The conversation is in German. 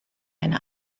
eine